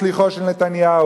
שליחו של נתניהו,